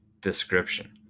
description